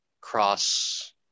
cross